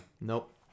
Nope